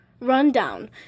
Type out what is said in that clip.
Rundown